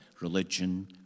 religion